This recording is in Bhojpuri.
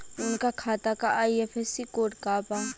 उनका खाता का आई.एफ.एस.सी कोड का बा?